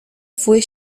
fue